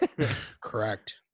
Correct